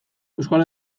euskal